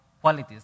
qualities